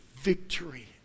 Victory